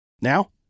Now